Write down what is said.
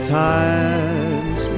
times